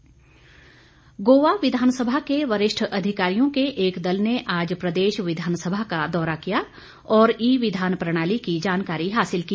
विधान सभा गोवा विधानसभा के वरिष्ठ अधिकारियों के एक दल ने आज प्रदेश विधानसभा का दौरा किया और ई विधान प्रणाली की जानकारी हासिल की